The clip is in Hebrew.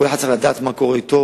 כל אחד צריך לדעת מה קורה אתו,